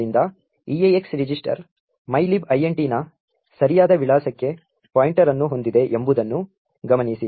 ಆದ್ದರಿಂದ EAX register mylib int ನ ಸರಿಯಾದ ವಿಳಾಸಕ್ಕೆ ಪಾಯಿಂಟರ್ ಅನ್ನು ಹೊಂದಿದೆ ಎಂಬುದನ್ನು ಗಮನಿಸಿ